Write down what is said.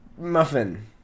Muffin